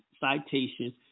citations